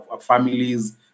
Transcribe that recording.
families